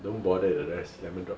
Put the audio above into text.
don't bother with the rest lemon drop